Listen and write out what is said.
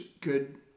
good